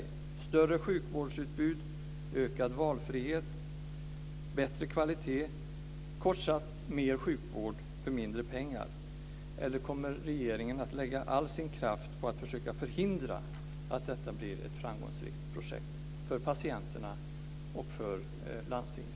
Det handlar om större sjukvårdsutbud, ökad valfrihet, bättre kvalitet, kort sagt mer sjukvård för mindre pengar. Eller kommer regeringen att lägga all sin kraft på att försöka förhindra att detta blir ett framgångsrikt projekt för patienterna och landstinget?